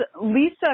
Lisa